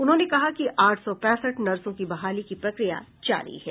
उन्होंने कहा कि आठ सौ पैंसठ नर्सों की बहाली की प्रक्रिया जारी है